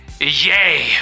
Yay